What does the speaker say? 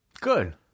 Good